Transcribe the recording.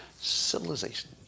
Civilization